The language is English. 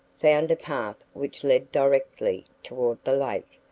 found a path which led directly toward the lake,